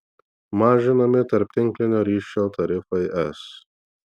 mažinami tarptinklinio ryšio tarifai es